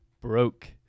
broke